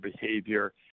behavior